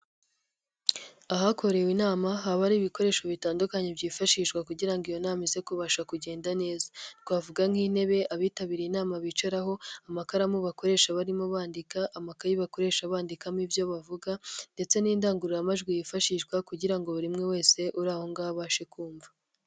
Ahakorewe inama haba ari ibikoresho bitandukanye byifashishwa kugira ngo iyo nama i iza kubasha kugenda neza. Twavuga nk'intebe abitabiriye inama bicaraho' amakaramu bakoresha barimo bandika, amakayi bakoresha bandikamo ibyo bavuga ndetse n'indangururamajwi yifashishwa kugira ngo buri umwe wese uri aho ngaho abashe kumva.